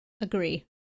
Agree